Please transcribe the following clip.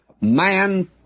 man